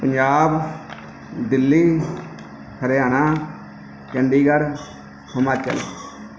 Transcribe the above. Punjab Delhi Haryana Chandigarh Himachal